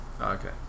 Okay